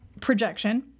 projection